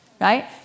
right